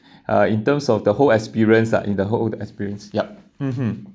uh in terms of the whole experience lah in the whole the experience yup mmhmm